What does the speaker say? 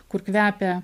kur kvepia